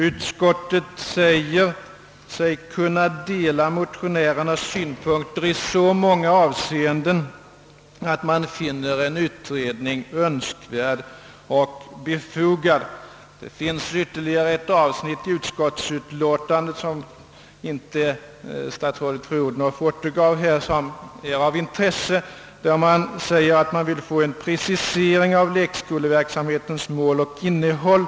Utskottet säger sig kunna dela motionärernas synpunkter i så många avseenden att man finner en utredning önskvärd och befogad. Det finns ytterligare ett avsnitt i utskottsutlåtandet som inte statsrådet fru Odhnoff återgav men som är av intresse. Utskottet säger att man vill få en precisering av lekskoleverksamhetens mål och innehåll.